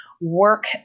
work